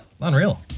Unreal